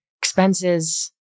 expenses